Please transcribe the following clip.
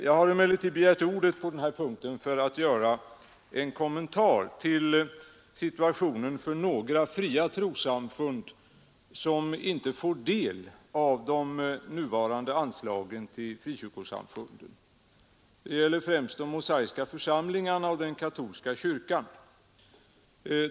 Jag har emellertid begärt ordet på denna punkt för att göra en kommentar till situationen för några fria trossamfund som inte får del av de nuvarande anslagen till frikyrkosamfunden. Det gäller främst de mosaiska församlingarna och den katolska kyrkan.